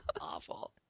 awful